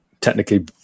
technically